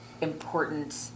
important